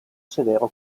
severo